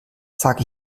sag